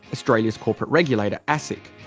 australia's corporate regulator asic,